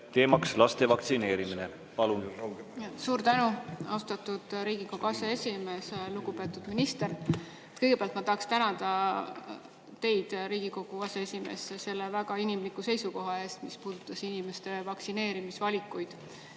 teemaks laste vaktsineerimine. Palun! Suur tänu, austatud Riigikogu aseesimees! Lugupeetud minister! Kõigepealt ma tahaksin tänada teid, Riigikogu aseesimees, selle väga inimliku seisukoha eest, mis puudutas inimeste vaktsineerimisvalikuid